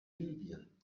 libyen